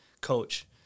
coach